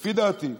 לפי דעתי,